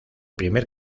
primer